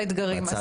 באתגרים.